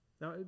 Now